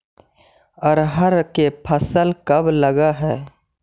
अरहर के फसल कब लग है?